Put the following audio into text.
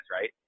right